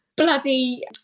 bloody